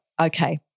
okay